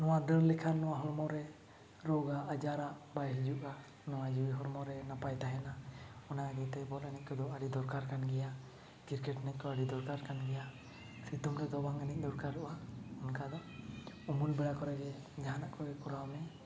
ᱱᱚᱣᱟ ᱫᱟᱹᱲ ᱞᱮᱠᱷᱟᱱ ᱱᱚᱣᱟ ᱦᱚᱲᱢᱚ ᱨᱮ ᱨᱳᱜᱟᱜ ᱟᱡᱟᱨᱟᱜ ᱵᱟᱭ ᱦᱤᱡᱩᱜᱼᱟ ᱱᱚᱣᱟ ᱡᱤᱣᱤ ᱦᱚᱲᱢᱚ ᱨᱮ ᱱᱟᱯᱟᱭ ᱛᱟᱦᱮᱱᱟ ᱚᱱᱟ ᱤᱫᱤᱛᱮ ᱵᱚᱞ ᱮᱱᱮᱡ ᱠᱚᱫᱚ ᱟᱹᱰᱤ ᱫᱚᱨᱠᱟᱨ ᱠᱟᱱ ᱜᱮᱭᱟ ᱠᱨᱤᱠᱮᱴ ᱮᱱᱮᱡ ᱠᱚ ᱟᱹᱰᱤ ᱫᱚᱨᱠᱟᱨ ᱠᱟᱱ ᱜᱮᱭᱟ ᱥᱤᱛᱩᱝ ᱨᱮᱫᱚ ᱵᱟᱝ ᱮᱱᱮᱡ ᱫᱚᱨᱠᱟᱨᱚᱜᱼᱟ ᱚᱱᱠᱟ ᱫᱚ ᱩᱢᱩᱞ ᱵᱮᱲᱟ ᱠᱚᱨᱮᱜᱮ ᱡᱟᱦᱟᱱᱟᱜ ᱠᱚᱜᱮ ᱠᱚᱨᱟᱣᱢᱮ